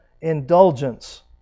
indulgence